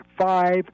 five